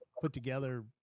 put-together